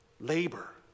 Labor